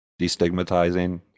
destigmatizing